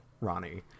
Ronnie